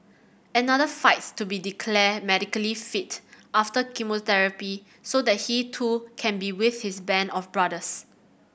another fights to be declared medically fit after chemotherapy so that he too can be with his band of brothers